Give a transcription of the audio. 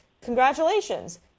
Congratulations